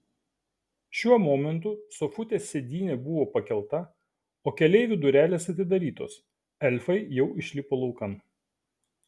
šiuo momentu sofutės sėdynė buvo pakelta o keleivių durelės atidarytos elfai jau išlipo laukan